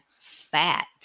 fat